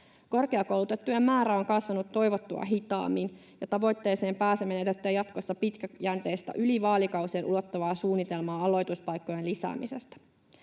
Korkeakoulutettujen määrä on kasvanut toivottua hitaammin, ja tavoitteeseen pääseminen edellyttää jatkossa pitkäjänteistä yli vaalikausien ulottuvaa suunnitelmaa aloituspaikkojen lisäämisestä.